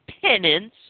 penance